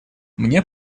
мне